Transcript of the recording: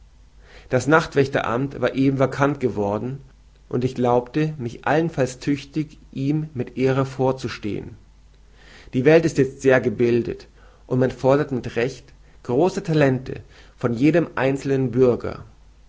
das nachtwächteramt war eben vakant geworden und ich glaubte mich allenfalls tüchtig ihm mit ehre vorzustehen die welt ist jezt sehr gebildet und man fordert mit recht große talente von jedem einzelnen bürger